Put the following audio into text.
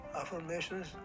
affirmations